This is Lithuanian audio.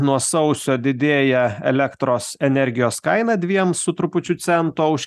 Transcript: nuo sausio didėja elektros energijos kaina dviem su trupučiu cento už